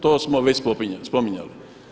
To smo već spominjali.